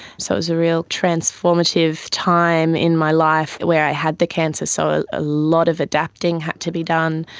so it was a real transformative time in my life where i had the cancer, so ah a lot of adapting had to be done,